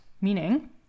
meaning